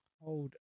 hold